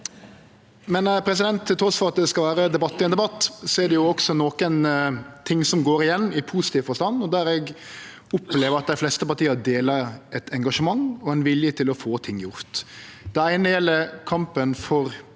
vel seie. Trass i at det skal vere debatt i ein debatt, er det også nokon ting som går igjen i positiv forstand, og der eg opplever at dei fleste partia deler eit engasjement og ein vilje til å få ting gjorde. Det eine gjeld kampen for